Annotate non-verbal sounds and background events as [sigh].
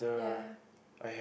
yeah [breath]